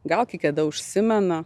gal kai kada užsimena